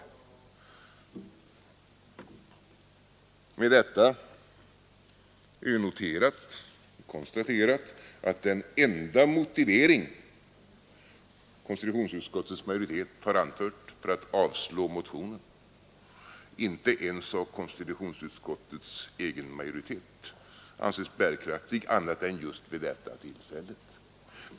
tiskt parti att äga företag för direktreklam med hjälp av dataregister Med detta är noterat och konstaterat att den enda motivering, som konstitutionsutskottets majoritet har anfört för att avslå motionen, inte ens av konstitutionsutskottets egen majoritet anses bärkraftig annat än just vid detta tillfälle.